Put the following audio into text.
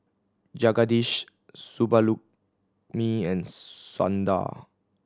Jagadish and Sundar